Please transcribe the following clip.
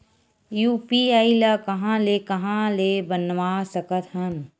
UPI ल कहां ले कहां ले बनवा सकत हन?